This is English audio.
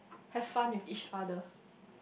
have fun with each other